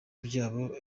byabo